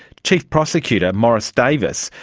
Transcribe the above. chief prosecutor morris davis,